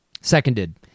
Seconded